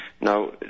Now